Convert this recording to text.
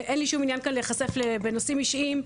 ואין לי שום עניין כאל להיחשף בנושאים אישיים,